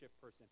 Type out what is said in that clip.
person